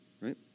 right